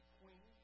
queen